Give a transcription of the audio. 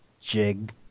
Jig